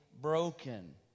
broken